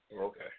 Okay